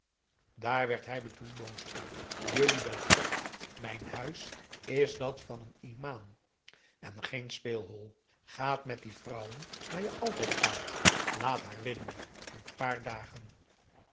daar werd hij betoel boos om jullie bent gek mijn huis is dat van een imaam en geen speelhol gaat met die vrouwen waar je altijd gaat laat haar winnen een paar dagen